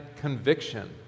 conviction